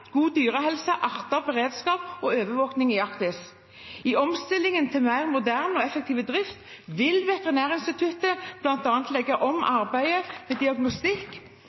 god dyrehelse, arter, beredskap og overvåking i Arktis. I omstillingen til mer moderne og effektiv drift vil Veterinærinstituttet bl.a. legge om arbeidet med diagnostikk